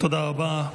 תודה רבה.